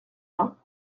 main